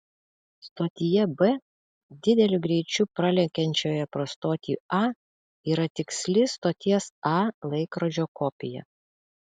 stotyje b dideliu greičiu pralekiančioje pro stotį a yra tiksli stoties a laikrodžio kopija